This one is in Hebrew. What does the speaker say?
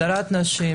הדרת נשים,